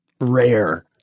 rare